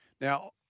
Now